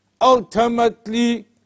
ultimately